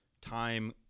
time